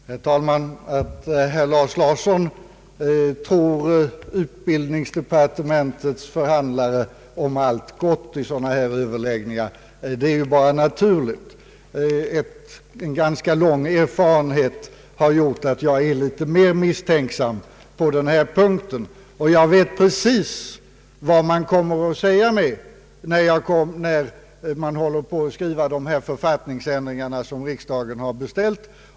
Herr talman! Att herr Lars Larsson tror utbildningsdepartementets förhandlare om allt gott i sådana här överläggningar är ju bara naturligt. En ganska lång erfarenhet har gjort att jag är litet mer misstänksam. Jag vet också precis vad man kommer att säga när man skall skriva de författningsändringar som riksdagen har beställt.